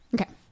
Okay